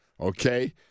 okay